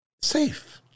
Safe